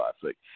classic